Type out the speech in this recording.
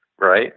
right